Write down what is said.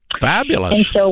Fabulous